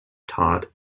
taught